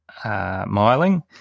miling